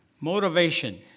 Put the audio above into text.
motivation